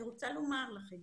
אני רוצה לומר לכם